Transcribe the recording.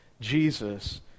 Jesus